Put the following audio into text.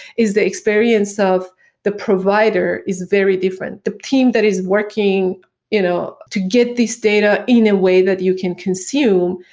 is the experience of the provider is very different. the team that is working you know to get this data in a way that you can consume,